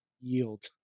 yield